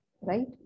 right